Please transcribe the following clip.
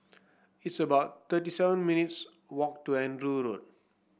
it's about thirty seven minutes' walk to Andrew Road